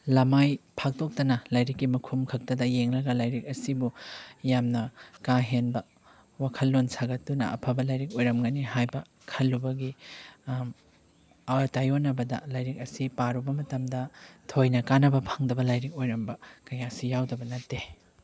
ꯂꯃꯥꯏ ꯐꯥꯛꯇꯣꯛꯇꯅ ꯂꯥꯏꯔꯤꯛꯀꯤ ꯃꯈꯨꯝ ꯈꯛꯇꯗ ꯌꯦꯡꯂꯒ ꯂꯥꯏꯔꯤꯛ ꯑꯁꯤꯕꯨ ꯌꯥꯝꯅ ꯀꯥꯍꯦꯟꯕ ꯋꯥꯈꯜꯂꯣꯟ ꯁꯥꯒꯠꯇꯨꯅ ꯑꯐꯕ ꯂꯥꯏꯔꯤꯛ ꯑꯣꯏꯔꯝꯒꯅꯤ ꯍꯥꯏꯕ ꯈꯜꯂꯨꯕꯒꯤ ꯇꯥꯏꯌꯣꯟꯅꯕꯗ ꯂꯥꯏꯔꯤꯛ ꯑꯁꯤ ꯄꯥꯔꯨꯕ ꯃꯇꯝꯗ ꯊꯣꯏꯅ ꯀꯥꯟꯅꯕ ꯐꯪꯗꯕ ꯂꯥꯏꯔꯤꯛ ꯑꯣꯏꯔꯝꯕ ꯀꯌꯥꯁꯨ ꯌꯥꯎꯗꯕ ꯅꯠꯇꯦ